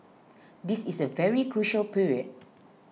this is a very crucial period